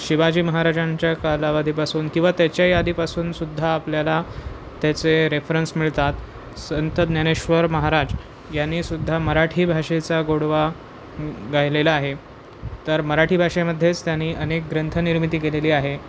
शिवाजी महाराजांच्या कालावधीपासून किंवा त्याच्याही आधीपासूनसुद्धा आपल्याला त्याचे रेफरन्स मिळतात संत ज्ञानेश्वर महाराज यांनीसुद्धा मराठी भाषेचा गोडवा गायलेला आहे तर मराठी भाषेमध्येच त्यांनी अनेक ग्रंथनिर्मिती केलेली आहे